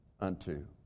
unto